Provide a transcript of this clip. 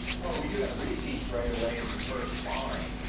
well, we do have repeats right away in the first line.